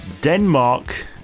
Denmark